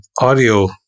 audio